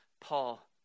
Paul